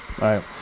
right